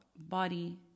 body